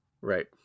Right